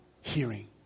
hearing